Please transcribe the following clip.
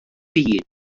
byd